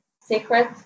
secret